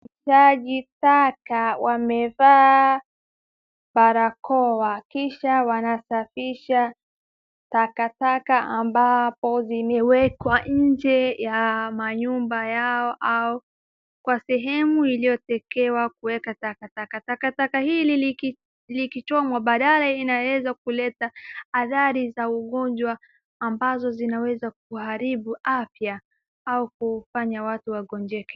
Taji taka wamevaa barakoa kisha wanasafisha takataka ambapo zimewekwa nje ya manyumba yao au kwa sehemu iliyotekewa kuweka takataka. Takataka hili likichomwa badala inaweza kuleta athari za ugonjwa ambazo zinaweza kuharibu afya au kufanya watu wagonjeke.